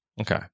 Okay